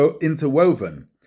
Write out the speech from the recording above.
interwoven